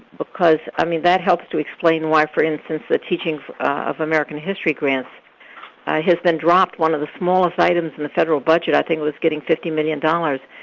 because, i mean that helps to explain why, for instance, the teaching of american history grants has been dropped. one of the smallest items in the federal budget, i think it was getting fifty million dollars.